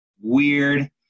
weird